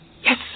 Yes